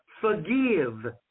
forgive